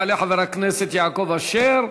יעלה חבר הכנסת יעקב אשר,